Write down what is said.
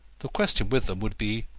the question with them would be,